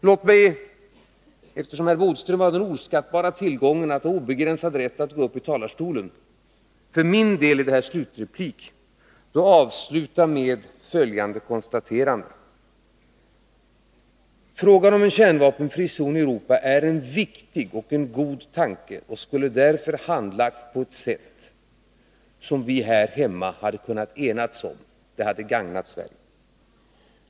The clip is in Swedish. Låt mig, eftersom herr Bodström har den oskattbara tillgången att få obegränsad rätt att gå upp i talarstolen — för min del är detta en slutreplik —, avsluta med följande konstaterande: Frågan om en kärnvapenfri zon i Europa är en viktig och en god tanke, och den borde därför ha handlagts på ett sätt som vi här hemma hade kunnat enats om. Det hade gagnat Sverige.